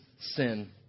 sin